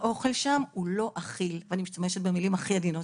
האוכל שם לא אכיל ואני משתמשת במילים עדינות.